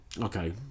Okay